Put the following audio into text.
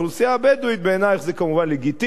הבדואית בעינייך זה כמובן לגיטימי.